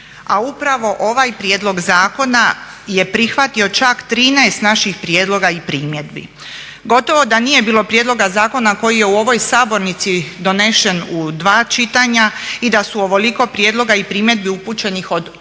upravo ovaj prijedlog zakona je prihvatio čak 13 naših prijedloga i primjedbi. Gotovo da nije bilo prijedloga zakona koji je u ovoj sabornici donesen u dva čitanja i da su ovoliko prijedloga i primjedbi upućenih od